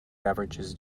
beverages